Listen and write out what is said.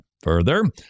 Further